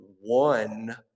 one